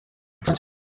bushake